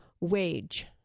wage